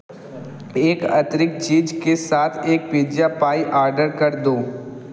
एक अतिरिक्त चीज़ के साथ एक पिज्जा पाई आडर कर दो